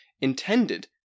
intended